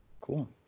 Cool